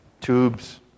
tubes